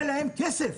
מגיע להם כסף,